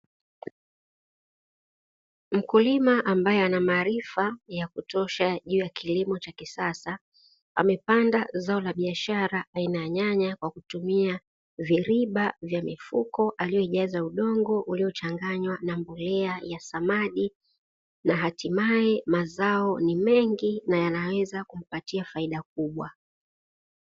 Mkulima ambaye ana maarifa ya kutosha juu ya kilimo cha kisasa amepanda zao la biashara aina ya nyanya kwa kutumia viriba vya mifuko aliyojaza udongo uliochanganywa na mbolea ya samadi, na hatimaye mazao ni mengi na yanaweza kumpatia faida kubwa.